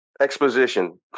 exposition